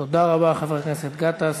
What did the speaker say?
תודה רבה, חבר הכנסת גטאס.